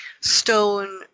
stone